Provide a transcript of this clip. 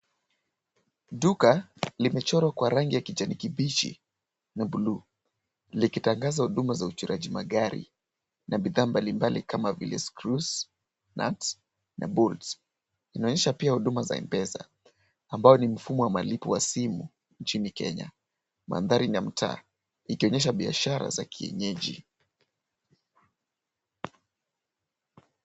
Duka limechorwa kwa rangi ya kijani kibichi na bluu likitangaza huduma za uchoraji magari na bidhaa mbalimbali kama vile screws, nuts na bolts .Inaonesha pia huduma za mpesa ambao ni mfumo wa malipo wa simu nchini kenya. Mandhari ni ya mtaa ikionesha biashara za kienyeji.